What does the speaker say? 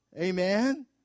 Amen